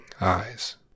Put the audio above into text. eyes